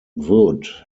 wood